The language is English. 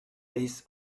this